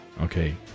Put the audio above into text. Okay